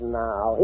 now